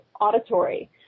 auditory